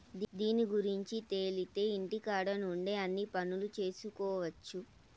దీని గురుంచి తెలిత్తే ఇంటికాడ నుండే అన్ని పనులు చేసుకొవచ్చు